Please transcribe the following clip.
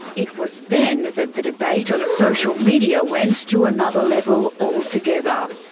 it was then that the debate on social media went to another level altogether.